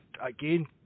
again